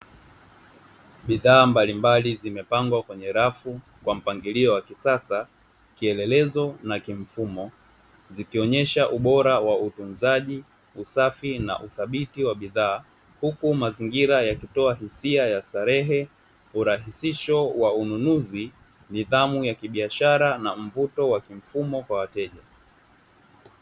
Bidhaa mbalimbali zimepangwa kwenye rafu kwa mpangilio wa kisasa kielelezo na kimfumo zikionyesha ubora wa utunzaji usafi na uthabiti wa bidhaa, huku mazingira yakitoa hisia ya starehe urahisisho wa ununuzi nidhamu ya kibiashara na mvuto wa kimfumo kwa wateja.